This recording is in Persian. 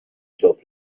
چاپ